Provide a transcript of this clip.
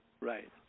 Right